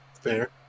Fair